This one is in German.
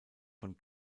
von